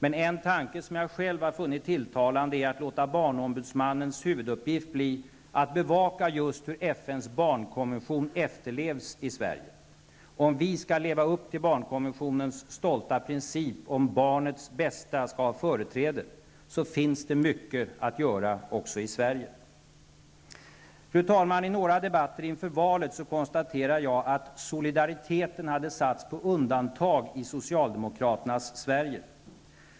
En tanke som jag själv har funnit tilltalande är att låta barnombudsmannens huvuduppgift bli att bevaka just hur FNs barnkonvention efterlevs i Sverige. Om vi skall leva upp till barnkonventionens stolta princip om att barnets bästa skall ha företräde, finns det mycket att göra också i Sverige. Fru talman! I några debatter inför valet konstaterade jag att solidariteten hade satts på undantag i socialdemokraternas Sverige.